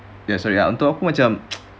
yes sorry untuk aku macam